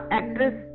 actress